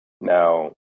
now